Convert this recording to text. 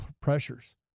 pressures